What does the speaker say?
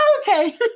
Okay